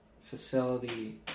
facility